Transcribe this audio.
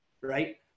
right